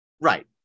Right